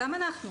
גם אנחנו,